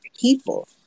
people